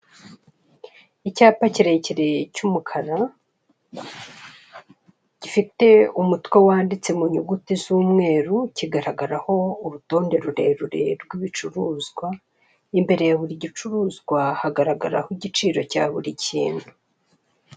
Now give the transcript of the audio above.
Icyapa kirekire cy'umukara gifite umutwe wanditse mu nyuguti z'umweru kigaragaraho urutonde rurerure rw'ibicuruza, imbere yaburi gicuruzwa hagaragaraho igiciro cya buri kintu.